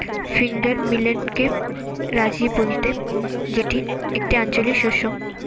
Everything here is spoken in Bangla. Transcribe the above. ফিঙ্গার মিলেটকে রাজি বলতে যেটি একটি আঞ্চলিক শস্য